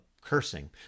cursing